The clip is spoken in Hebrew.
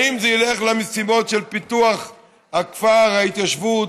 האם זה ילך למשימות של פיתוח הכפר, ההתיישבות,